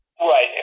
Right